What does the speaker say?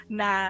na